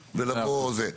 למהות.